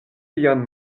vian